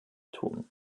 tun